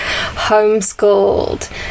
homeschooled